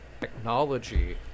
technology